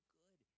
good